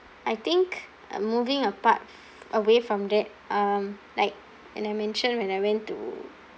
I think uh moving apart away from that um like and I mentioned when I went to